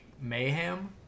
mayhem